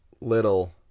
little